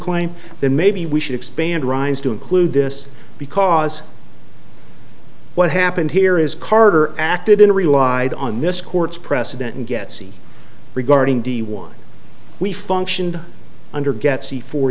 claim then maybe we should expand rise to include this because what happened here is carter acted in relied on this court's precedent and get c regarding d one we functioned under get c for